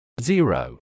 Zero